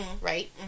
Right